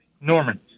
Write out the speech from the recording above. Norman